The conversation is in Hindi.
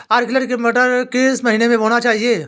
अर्किल मटर किस महीना में बोना चाहिए?